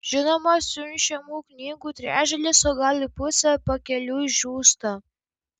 žinoma siunčiamų knygų trečdalis o gal ir pusė pakeliui žūsta